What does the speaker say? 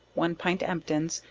one pint emptins,